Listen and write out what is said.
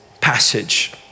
passage